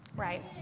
right